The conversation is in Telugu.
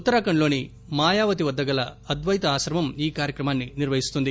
ఉత్తరాఖండ్ లోని మాయావతి వద్ద గల అద్వెత ఆశ్రమం ఈ కార్యక్రమాన్ని నిర్వహిస్తుంది